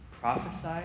prophesy